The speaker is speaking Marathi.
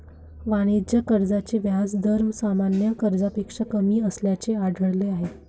वाणिज्य कर्जाचे व्याज दर सामान्य कर्जापेक्षा कमी असल्याचे आढळले आहे